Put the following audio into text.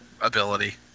ability